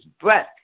breath